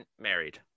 married